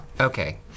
Okay